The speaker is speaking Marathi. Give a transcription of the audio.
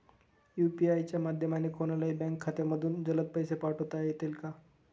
यू.पी.आय च्या माध्यमाने कोणलाही बँक खात्यामधून जलद पैसे पाठवता येतात का?